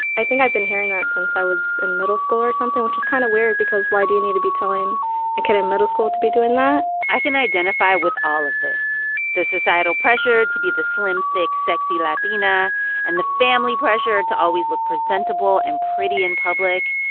i think i've been hearing that since i was in middle school or something, which is kind of weird because why do you need to be telling a kid in middle school to be doing that? i can identify with all of this the societal pressure to be the slim-thick, sexy latina and the family pressure to always look presentable and pretty in public.